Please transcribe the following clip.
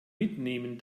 mitnehmen